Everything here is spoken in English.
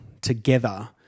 together